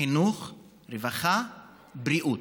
חינוך, רווחה, בריאות.